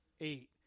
eight